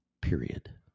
Period